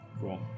Cool